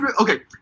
Okay